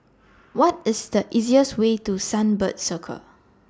What IS The easiest Way to Sunbird Circle